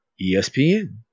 ESPN